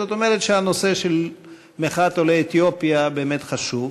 זאת אומרת שהנושא של מחאת עולי אתיופיה באמת חשוב.